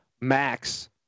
Max